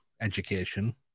education